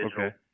Okay